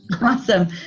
Awesome